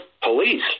police